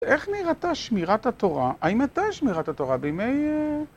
איך נראתה שמירת התורה? האם הייתה שמירת התורה בימי...